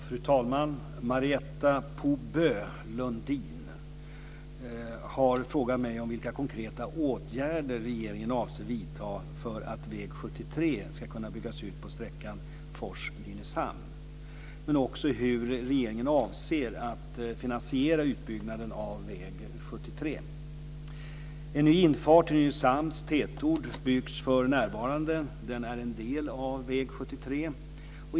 Fru talman! Marietta de Pourbaix-Lundin har frågat mig om vilka konkreta åtgärder regeringen avser vidta för att väg 73 ska kunna byggas ut på sträckan Fors-Nynäshamn, men också hur regeringen avser att finansiera utbyggnaden av väg 73. En ny infart till Nynäshamns tätort byggs för närvarande. Den är en del av väg 73.